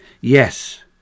Yes